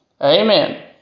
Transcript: Amen